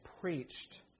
preached